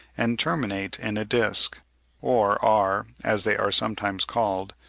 and terminate in a disc or are, as they are sometimes called,